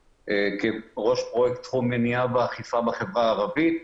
בראש פרויקט תחום מניעה ואכיפה בחברה הערבית.